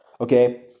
okay